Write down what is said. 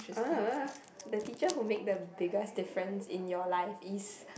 the teacher who make the biggest difference in your life is